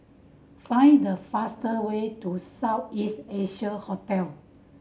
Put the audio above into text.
find the fastest way to South East Asia Hotel